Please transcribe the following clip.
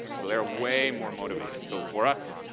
so they are way more motivated. so for us,